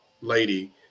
lady